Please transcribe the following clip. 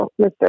Mr